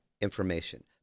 information